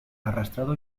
arrastrado